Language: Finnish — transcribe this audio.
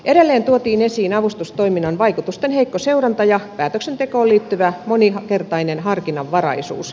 edelleen tuotiin esiin avustustoiminnan vaikutusten heikko seuranta ja päätöksentekoon liittyvä moninkertainen harkinnanvaraisuus